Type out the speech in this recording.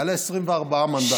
היו לה 24 מנדטים.